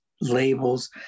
labels